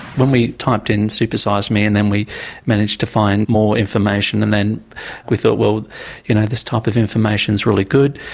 when we typed in, super size me and then we managed to find more information and then we thought, you know this type of information's really good.